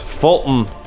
Fulton